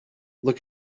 look